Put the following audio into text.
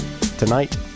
Tonight